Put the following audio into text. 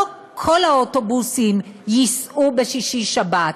לא כל האוטובוסים ייסעו בשישי-שבת,